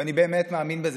ואני באמת מאמין בזה,